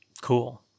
Cool